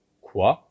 quoi